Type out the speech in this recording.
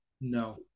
No